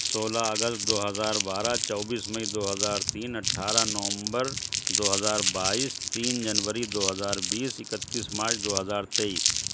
سولہ اگست دو ہزار بارہ چوبیس مئی دو ہزار تین اٹھارہ نومبر دو ہزار بائیس تین جنوری دو ہزار بیس اکتیس مارچ دو ہزار تیئیس